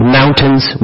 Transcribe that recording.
mountains